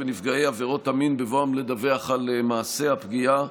ונפגעות עבירות המין בבואם לדווח על מעשה הפגיעה.